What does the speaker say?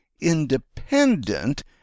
independent